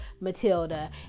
Matilda